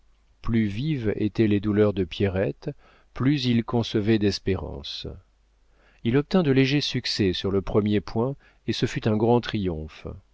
plus vives étaient les douleurs de pierrette plus il concevait d'espérances il obtint de légers succès sur le premier point et ce fut un grand triomphe